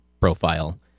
profile